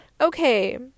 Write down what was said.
Okay